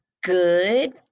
good